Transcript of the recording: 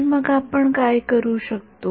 तर मग आपण काय करू शकतो